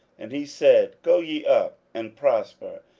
and he said, go ye up, and prosper,